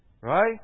Right